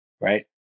right